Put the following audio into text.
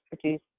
produce